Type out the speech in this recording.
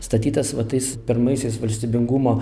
statytas va tais pirmaisiais valstybingumo